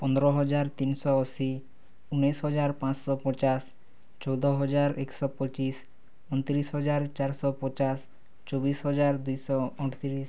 ପନ୍ଦର ହଜାର ତିନି ଶହ ଅଶୀ ଉଣେଇଶି ହଜାର ପାଞ୍ଚ ଶହ ପଚାଶ ଚଉଦ ହଜାର ଏକ ଶହ ପଚିଶି ଅଣତିରିଶି ହଜାର ଚାରି ଶହ ପଚାଶ ଚବିଶ ହଜାର ଦୁଇ ଶହ ଅଣତିରିଶି